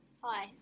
hi